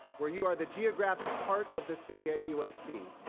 were you are the geographic heart of the city at usc,